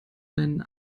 deinen